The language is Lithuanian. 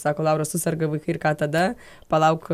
sako laura suserga vaikai ir ką tada palauk